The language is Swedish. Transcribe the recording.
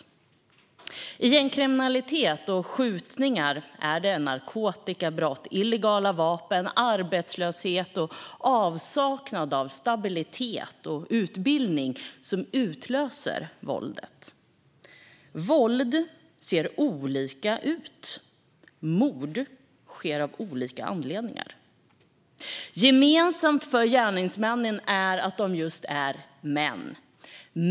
När det gäller gängkriminalitet och skjutningar är det narkotikabrott, illegala vapen, arbetslöshet och avsaknad av stabilitet och utbildning som utlöser våldet. Våld ser olika ut. Mord sker av olika anledningar. Men gemensamt för gärningsmännen är att de är just män.